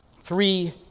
three